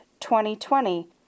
2020